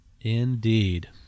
Indeed